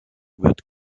wird